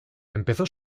empezó